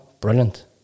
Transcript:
Brilliant